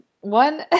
One